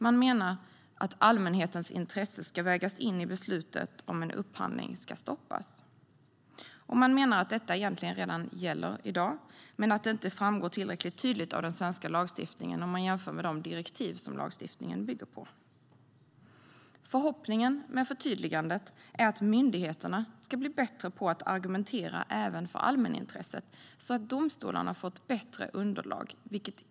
Man menar att allmänhetens intresse ska vägas in i beslutet om en upphandling ska stoppas. Man menar att detta egentligen redan gäller i dag men att det inte framgår tillräckligt tydligt av den svenska lagstiftningen om man jämför med de direktiv som lagstiftningen bygger på. Förhoppningen med förtydligandet är att myndigheterna ska bli bättre på att argumentera även för allmänintresset, så att domstolarna får ett bättre underlag.